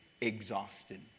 exhausted